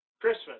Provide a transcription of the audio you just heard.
Christmas